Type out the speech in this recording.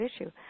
issue